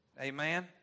amen